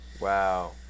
Wow